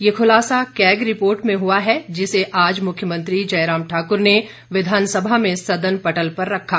यह खुलासा CAG report में हुआ है जिसे आज मुख्यमंत्री जयराम ठाकुर ने विधानसभा में सदन पटल पर रखा